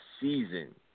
season